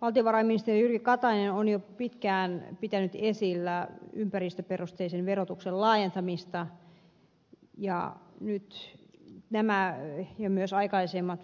valtiovarainministeri jyrki katainen on jo pitkään pitänyt esillä ympäristöperusteisen verotuksen laajentamista ja nyt nämä ja myös aikaisemmat